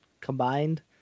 combined